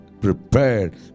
prepared